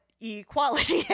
equality